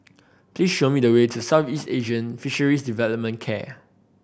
please show me the way to Southeast Asian Fisheries Development care